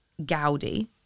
Gaudi